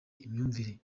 imyumvire